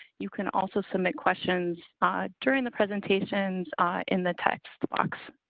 you can also submit questions during the presentations in the text box.